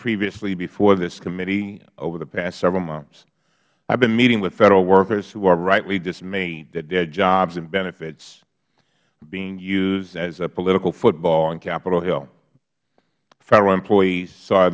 previously before this committee over the past several months i have been meeting with federal workers who are rightly dismayed that their jobs and benefits are being used as a political football on capitol hill federal employees saw